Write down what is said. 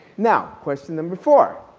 now, question number four,